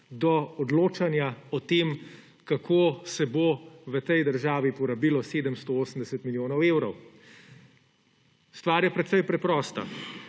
do odločanja o tem, kako se bo v tej državi porabilo 780 milijonov evrov. Stvar je precej preprosta.